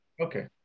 Okay